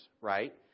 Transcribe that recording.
Right